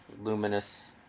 luminous